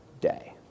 day